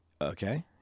Okay